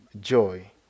joy